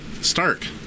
Stark